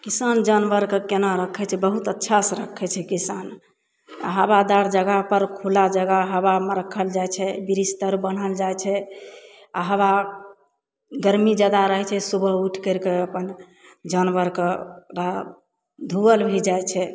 किसान जानवरके कोना राखै छै बहुत अच्छासे राखै छै किसान आओर हवादार जगहपर खुला जगह हवामे राखल जाइ छै बिस्तर बान्हल जाइ छै आओर हवा गरमी जादा रहै छै सुबह उठि करिके अपन जानवरके धऽ धोअल भी जाइ छै